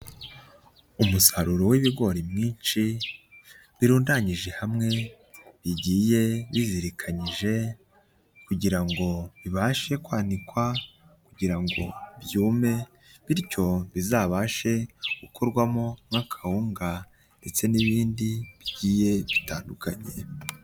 Umusaruro w'ibigori mwinshi birundanyije hamwe bigiye bizirikanyije kugira ngo bibashe kwanikwa kugira ngo byume, bityo bizabashe gukorwamo nk'akawunga ndetse n'ibindi bigiye bitandukanye.